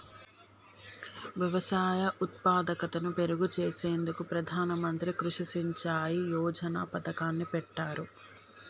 వ్యవసాయ ఉత్పాదకతను మెరుగు చేసేందుకు ప్రధాన మంత్రి కృషి సించాయ్ యోజన పతకాన్ని పెట్టారు